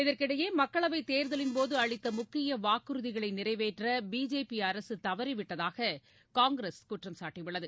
இதற்கிடையே மக்களவைத் தேர்தலின்போது அளித்த முக்கிய வாக்குறுதிகளை நிறைவேற்றி பிஜேபி அரசு தவறிவிட்டதாக காங்கிரஸ் குற்றம் சாட்டியுள்ளது